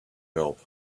help